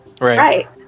Right